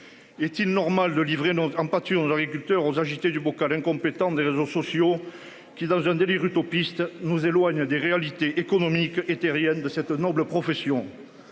Est-il normal de livrer en pâture aux agriculteurs, aux agité du bocal incompétente des réseaux sociaux qui dans un délire utopiste nous éloignent des réalités économiques et terrienne de cette noble profession.